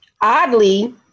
Oddly